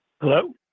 Hello